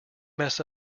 mess